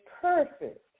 perfect